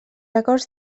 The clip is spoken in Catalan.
acords